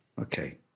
Okay